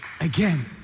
again